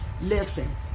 Listen